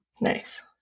Nice